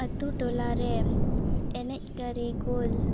ᱟᱛᱳᱼᱴᱚᱞᱟᱨᱮᱱ ᱮᱱᱮᱡ ᱠᱟᱹᱨᱤᱜᱚᱞ